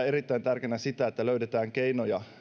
erittäin tärkeänä sitä että löydetään keinoja